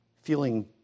feeling